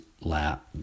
lap